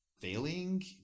failing